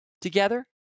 together